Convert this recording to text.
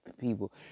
people